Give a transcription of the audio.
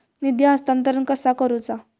निधी हस्तांतरण कसा करुचा?